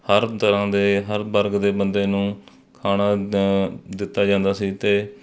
ਹਰ ਤਰ੍ਹਾਂ ਦੇ ਹਰ ਵਰਗ ਦੇ ਬੰਦੇ ਨੂੰ ਖਾਣਾ ਦਿੱਤਾ ਜਾਂਦਾ ਸੀ ਅਤੇ